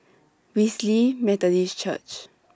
Wesley Methodist Church